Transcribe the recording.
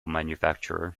manufacturer